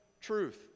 truth